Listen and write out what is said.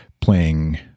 playing